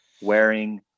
wearing